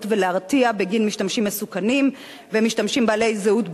ולהרתיע בגין משתמשים מסוכנים ומשתמשים בעלי זהות בדויה.